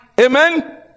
Amen